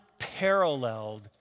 unparalleled